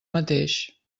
mateix